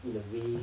in a way